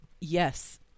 Yes